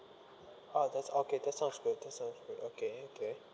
oh that's okay that sounds good that's sounds good okay okay